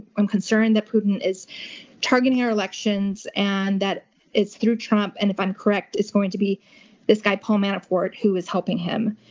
i'm concerned that putin is targeting our elections, and that it's through trump, and if i'm correct, it's going to be this guy paul manafort who is helping him.